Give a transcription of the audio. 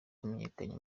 wamenyekanye